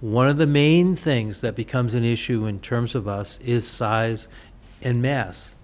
one of the main things that becomes an issue in terms of us is size and mass